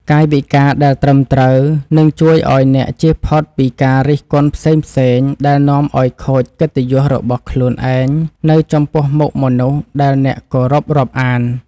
កាយវិការដែលត្រឹមត្រូវនឹងជួយឱ្យអ្នកជៀសផុតពីការរិះគន់ផ្សេងៗដែលនាំឱ្យខូចកិត្តិយសរបស់ខ្លួនឯងនៅចំពោះមុខមនុស្សដែលអ្នកគោរពរាប់អាន។